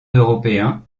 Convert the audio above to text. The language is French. européen